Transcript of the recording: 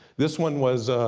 this one was,